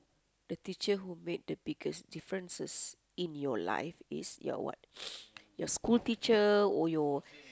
the teacher who made the biggest differences in your life is your what your school teacher or your